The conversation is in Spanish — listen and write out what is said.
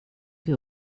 que